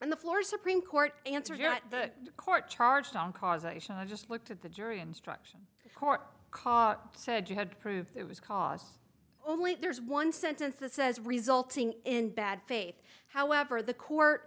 and the floor supreme court answered yet the court charged on causation i just looked at the jury instruction court carr said you had to prove it was caused only there's one sentence that says resulting in bad faith however the court